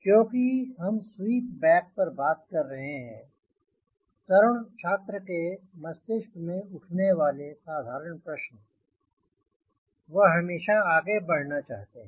क्योंकि हम sweep back पर बात कर रहे हैं तरुण छात्र के मस्तिष्क में उठने वाले साधारण प्रश्न वह हमेशा आगे बढ़ना चाहते हैं